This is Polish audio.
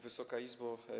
Wysoka Izbo!